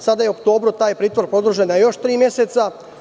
Sada je u oktobru taj pritvor produžen za još tri meseca.